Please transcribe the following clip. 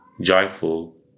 joyful